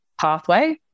pathway